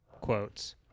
quotes